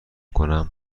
کنم